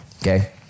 okay